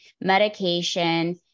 medication